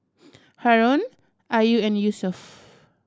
Haron Ayu and Yusuf